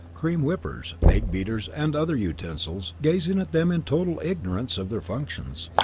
cream whippers, egg-beaters, and other utensils, gazing at them in total ignorance of their functions.